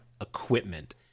equipment